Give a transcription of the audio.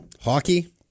Hockey